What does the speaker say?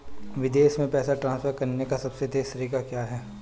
विदेश में पैसा ट्रांसफर करने का सबसे तेज़ तरीका क्या है?